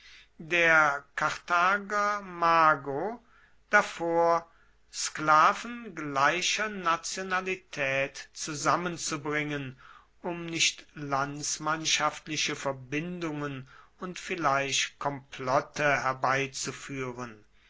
der karthager mago davor sklaven gleicher nationalitaet zusammenzubringen um nicht landsmannschaftliche verbindungen und vielleicht komplotte herbeizufuehren